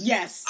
Yes